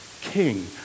king